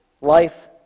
life